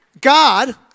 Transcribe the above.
God